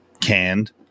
canned